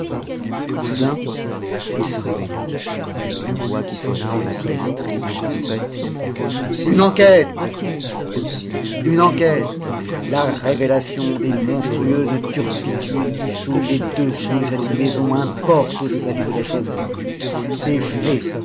soudain il se réveilla d'une voix qui sonna en appel strident de trompette une enquête cria-t-il une enquête la révélation des monstrueuses turpitudes qui souillent les dessous de cette maison importe au salut de la chose publique des faits